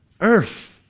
Earth